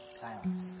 silence